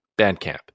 Bandcamp